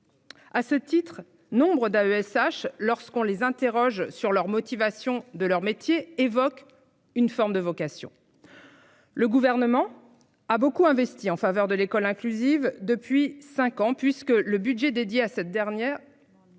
À ce titre nombres d'AESH lorsqu'on les interroge sur leurs motivations, de leur métier évoque une forme de vocation. Le gouvernement a beaucoup investi en faveur de l'école inclusive depuis 5 ans puisque le budget dédié à cette dernière.